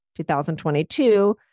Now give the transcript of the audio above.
2022